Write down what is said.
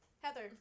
Heather